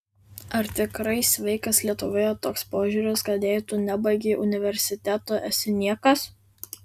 ar tikrai sveikas lietuvoje toks požiūris kad jei tu nebaigei universiteto esi niekas